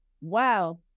Wow